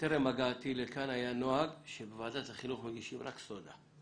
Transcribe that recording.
בטרם הגעתי לכאן היה נוהג שבוועדת החינוך מגישים רק סודה.